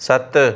सत